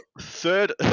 third